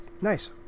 Nice